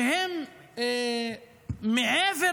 שהם מעבר